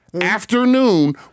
afternoon